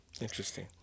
Interesting